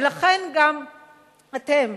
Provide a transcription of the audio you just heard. ולכן, גם אתם,